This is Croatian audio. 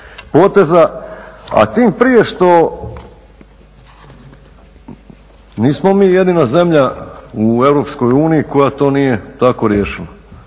a tim prije što nismo mi jedina zemlja u EU koja to nije tako riješila.